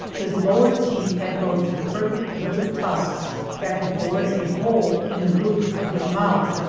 his lower teeth had grown to perfect little tusks that had bored a hole in the roof of his mouth.